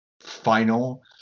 final